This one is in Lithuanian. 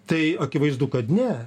tai akivaizdu kad ne